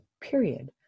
period